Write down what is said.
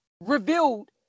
revealed